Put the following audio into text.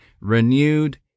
renewed